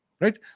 right